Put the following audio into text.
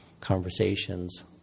conversations